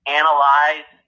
analyze